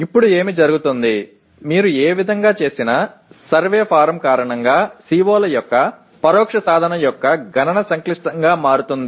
ఇప్పుడు ఏమి జరుగుతుంది మీరు ఏ విధంగా చేసినా సర్వే ఫారం కారణంగా CO ల యొక్క పరోక్ష సాధన యొక్క గణన సంక్లిష్టంగా మారుతుంది